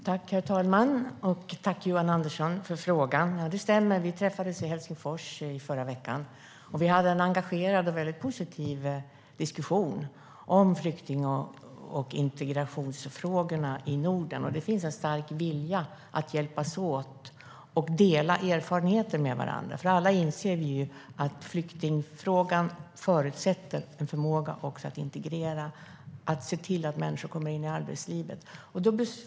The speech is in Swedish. Herr talman! Tack, Johan Andersson, för frågan! Det stämmer att vi träffades i Helsingfors i förra veckan. Vi hade en engagerad och positiv diskussion om flykting och integrationsfrågorna i Norden. Det finns en stark vilja att hjälpas åt och dela erfarenheter med varandra, för vi inser alla att flyktingfrågan förutsätter en förmåga också att integrera, att se till att människor kommer in i arbetslivet.